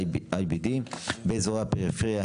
,IBDבאזורי הפריפריה,